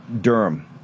Durham